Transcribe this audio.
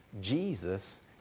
Jesus